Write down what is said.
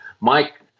Mike